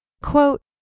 quote